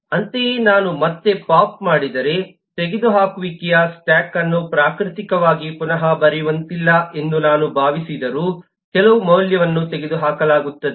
ಅಂತೆಯೇ ನಾನು ಮತ್ತೆ ಪೋಪ್ ಮಾಡಿದರೆ ತೆಗೆದುಹಾಕುವಿಕೆಯು ಸ್ಟ್ಯಾಕ್ ಅನ್ನು ಪ್ರಾಕೃತಿಕವಾಗಿ ಪುನಃ ಬರೆಯುವಂತಿಲ್ಲ ಎಂದು ನಾನು ಭಾವಿಸಿದರೂ ಕೆಲವು ಮೌಲ್ಯವನ್ನು ತೆಗೆದುಹಾಕಲಾಗುತ್ತದೆ